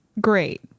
great